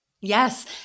Yes